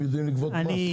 הם יודעים לגבות מס.